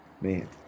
Man